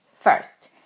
first